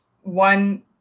one